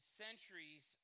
centuries